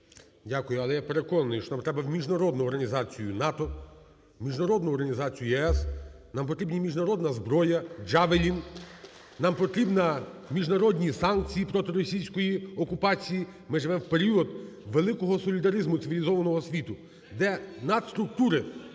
Дякую. Але я переконаний, що нам треба в Міжнародну організацію НАТО, в Міжнародну організацію ЄС нам потрібна зброя "Джавелін", нам потрібні міжнародні санкції проти російської окупації. Ми живемо в період великого солідаризму цивілізованого світу, де надструктури,